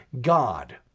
God